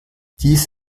dies